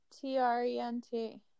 T-R-E-N-T